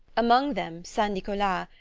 among them st. nicolas,